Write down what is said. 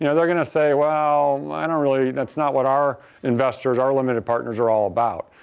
you know they're going to say, well, i don't really that's not what our investors our limited partners are all about.